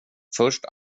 först